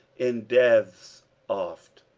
in deaths oft.